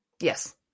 Yes